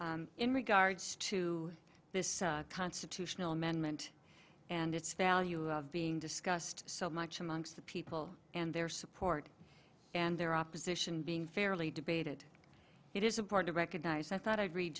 again in regards to this constitutional amendment and its value of being discussed so much amongst the people and their support and their opposition being fairly debated it is a board to recognize that thought i'd read